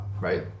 right